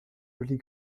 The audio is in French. jolies